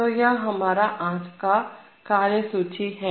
तो यह हमारा आज का कार्य सूची है